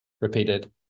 repeated